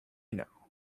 know